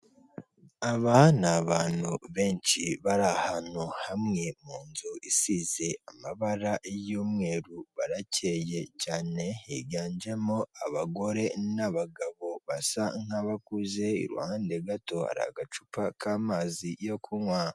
Aba ni abantu benshi bari ahantu hamwe mu nzu isize amabara y'umweru, barakeye cyane, higanjemo abagore n'abagabo basa nk'abakuze, iruhande gato hari agacupa k'amazi yo kunywa.